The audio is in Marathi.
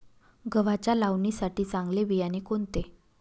गव्हाच्या लावणीसाठी चांगले बियाणे कोणते?